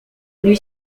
lui